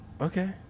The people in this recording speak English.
Okay